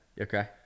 Okay